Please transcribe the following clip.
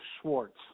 Schwartz